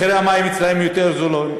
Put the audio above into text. מחירי המים אצלן יותר נמוכים,